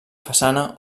façana